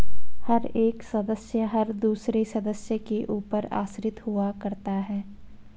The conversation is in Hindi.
हर एक सदस्य हर दूसरे सदस्य के ऊपर आश्रित हुआ करता है